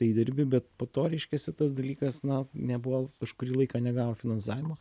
įdirbį bet po to reiškiasi tas dalykas na nebuvo kažkurį laiką negavo finansavimo